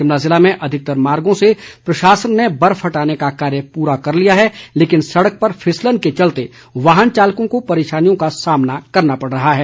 शिमला ज़िले में अधिकतर मार्गों से प्रशासन ने बर्फ हटाने का कार्य पूरा कर लिया है लेकिन सड़क पर फिसलन के चलते वाहन चालकों को परेशानियों का सामना करना पड़ रहा है